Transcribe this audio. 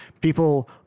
people